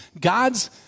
God's